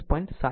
7 o છે